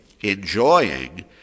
enjoying